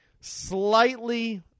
Slightly